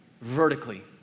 vertically